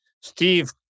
Steve